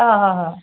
অ অ অ